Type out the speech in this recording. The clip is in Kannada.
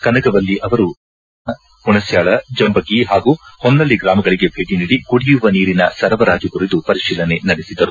ಕನಗವಲ್ಲಿ ಅವರು ಜಿಲ್ಲೆಯ ನಾಗಠಾಣ ಹುಣಶ್ಠಾಳ ಜಂಬಗಿ ಹಾಗೂ ಹೊನ್ನಳ್ಳಿ ಗ್ರಾಮಗಳಿಗೆ ಭೇಟಿ ನೀಡಿ ಕುಡಿಯುವ ನೀರಿನ ಸರಬರಾಜು ಕುರಿತು ಪರಿಶೀಲನೆ ನಡೆಸಿದರು